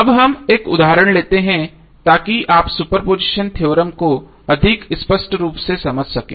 अब हम एक उदाहरण लेते हैं ताकि आप सुपरपोजिशन थ्योरम को अधिक स्पष्ट रूप से समझ सकें